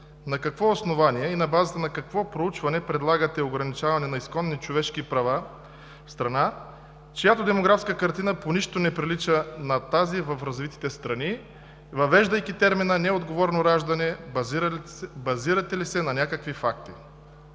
на какво основание и на базата на какво проучване предлагате ограничаване на изконни човешки права в страна, чиято демографска картина по нищо не прилича на тази в развитите страни, въвеждайки термина „неотговорно раждане“? Базирате ли се на някакви факти?